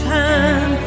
time